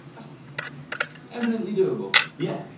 that's eminently doable. yeah.